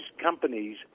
companies